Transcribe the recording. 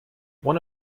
one